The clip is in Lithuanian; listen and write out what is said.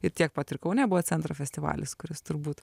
ir tiek pat ir kaune buvo centro festivalis kuris turbūt